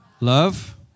love